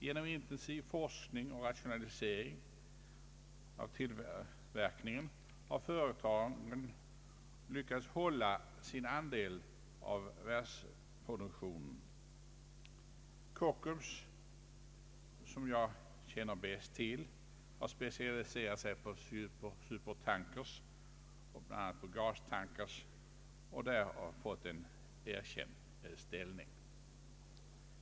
Genom intensiv forskning och rationalisering av tillverkningen har företagen lyckats hålla sin andel av världsproduktionen. Kockums, som jag känner bäst till, har specialiserat sig på supertankers och bl.a. gastankers och där fått en erkänd ställning.